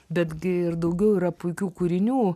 bet gi ir daugiau yra puikių kūrinių